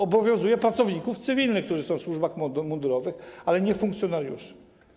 On obowiązuje pracowników cywilnych, którzy są w służbach mundurowych, ale nie funkcjonariuszy.